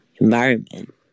environment